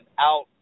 out